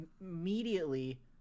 immediately